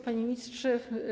Panie Ministrze!